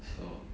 so